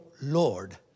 Lord